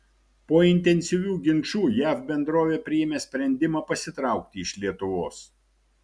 po intensyvių ginčų jav bendrovė priėmė sprendimą pasitraukti iš lietuvos